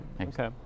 Okay